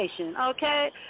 okay